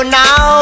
now